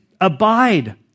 abide